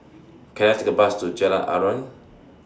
Can I Take A Bus to Jalan Aruan